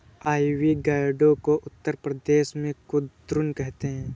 ivy gourd को उत्तर प्रदेश में कुद्रुन कहते हैं